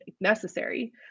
necessary